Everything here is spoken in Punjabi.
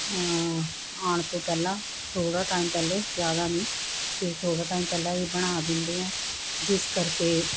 ਆਉਣ ਤੋਂ ਪਹਿਲਾਂ ਥੋੜ੍ਹਾ ਟਾਈਮ ਪਹਿਲੇ ਜ਼ਿਆਦਾ ਨਹੀਂ ਅਤੇ ਥੋੜ੍ਹਾ ਟਾਈਮ ਪਹਿਲਾਂ ਇਹ ਬਣਾ ਦਿੰਦੇ ਆ ਜਿਸ ਕਰਕੇ